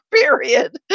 period